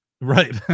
Right